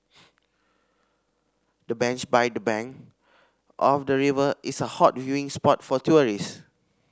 the bench by the bank of the river is a hot viewing spot for tourist